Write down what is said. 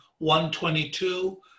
122